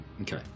Okay